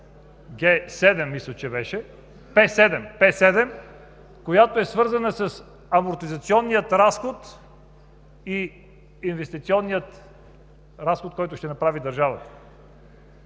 в Наредбата Р 7, която е свързана с амортизационния разход и инвестиционния разход, който ще направи държавата.